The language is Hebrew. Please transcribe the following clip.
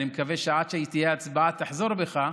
אני מקווה שעד שתהיה הצבעה תחזור בך,